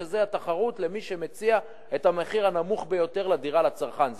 שזה התחרות למי שמציע את המחיר הנמוך ביותר לדירה לצרכן,